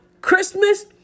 Christmas